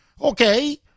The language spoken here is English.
Okay